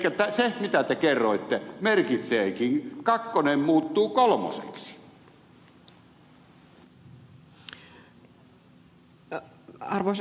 elikkä se mitä te kerroitte merkitseekin että kakkonen muuttuu kolmoseksi